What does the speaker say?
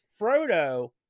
Frodo